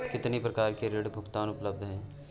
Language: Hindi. कितनी प्रकार के ऋण भुगतान उपलब्ध हैं?